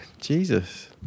Jesus